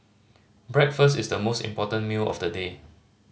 breakfast is the most important meal of the day